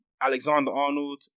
Alexander-Arnold